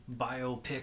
biopic